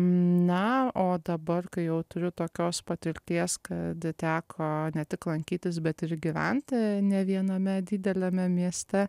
na o dabar kai jau turiu tokios patirties kad teko ne tik lankytis bet ir gyventi ne viename dideliame mieste